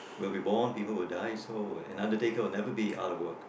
when we born people will die so another day cause we will never be out of world